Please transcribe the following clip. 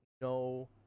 no